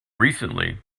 recently